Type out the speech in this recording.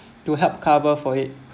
to help cover for it